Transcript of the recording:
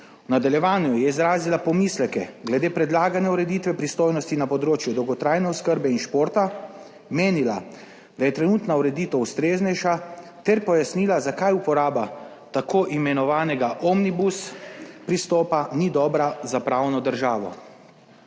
V nadaljevanju je izrazila pomisleke glede predlagane ureditve pristojnosti na področju dolgotrajne oskrbe in športa. Menila, da je trenutna ureditev ustreznejša ter pojasnila zakaj uporaba tako imenovanega omnibus pristopa ni dobra za pravno državo.